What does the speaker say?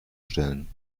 stellen